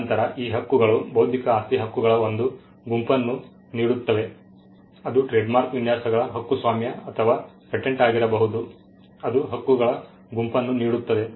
ನಂತರ ಈ ಹಕ್ಕುಗಳು ಬೌದ್ಧಿಕ ಆಸ್ತಿ ಹಕ್ಕುಗಳ ಒಂದು ಗುಂಪನ್ನು ನೀಡುತ್ತವೆ ಅದು ಟ್ರೇಡ್ಮಾರ್ಕ್ ವಿನ್ಯಾಸಗಳ ಹಕ್ಕುಸ್ವಾಮ್ಯ ಅಥವಾ ಪೇಟೆಂಟ್ ಆಗಿರಬಹುದು ಅದು ಹಕ್ಕುಗಳ ಗುಂಪನ್ನು ನೀಡುತ್ತದೆ